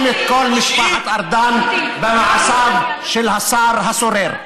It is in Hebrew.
את כל משפחת ארדן במעשיו של השר הסורר.